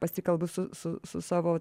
pasikalbu su su su savo